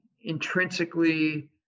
intrinsically